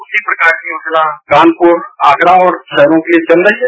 उसी प्रकार की योजन कानपुर आगरा और शहरों के लिए चल रही है